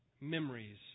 memories